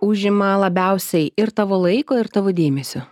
užima labiausiai ir tavo laiko ir tavo dėmesio